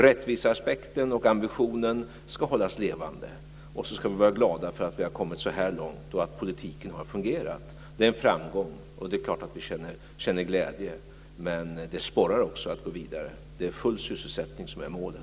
Rättviseaspekten och ambitionen ska hållas levande, och så ska vi vara glada för att vi har kommit så här långt och att politiken har fungerat. Det är en framgång. Det är klart att vi känner glädje, men det sporrar också att gå vidare. Det är full sysselsättning som är målet.